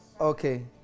Okay